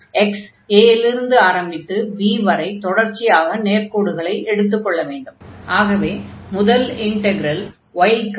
x a இலிருந்து ஆரம்பித்து b வரை தொடர்ச்சியாக நேர்க்கோடுகளை எடுத்துக் கொள்ள வேண்டும் ஆகவே முதல் இன்டக்ரல் y க்கானது